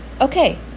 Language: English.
Okay